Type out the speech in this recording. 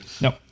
No